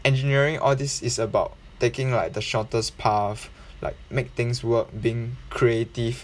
engineering all these is about taking like the shortest path like make things work being creative